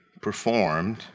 performed